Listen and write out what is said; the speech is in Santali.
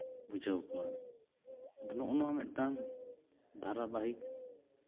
ᱵᱩᱡᱷᱟᱹᱣ ᱠᱚᱣᱟ ᱟᱫᱚ ᱱᱚᱜᱼᱚ ᱱᱚᱣᱟ ᱢᱤᱫᱴᱟᱱ ᱫᱷᱟᱨᱟᱵᱟᱦᱤᱠ